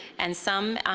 and some,